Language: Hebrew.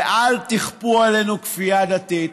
ואל תכפו עלינו כפייה דתית.